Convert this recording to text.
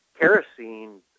kerosene